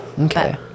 Okay